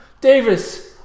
Davis